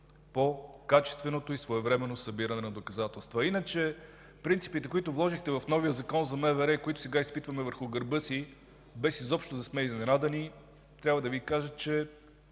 по качественото и своевременно събиране на доказателства. А иначе принципите, които заложихте в новия Закон за МВР и които сега изпитваме на гърба си, без изобщо да сме изненадани, трябва да Ви кажа, че